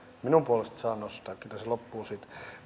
minun puolestani saa nostaa kyllä se loppuu siitä